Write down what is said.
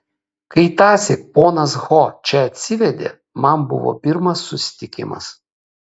kai tąsyk ponas ho čia atsivedė man buvo pirmas susitikimas